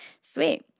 Sweet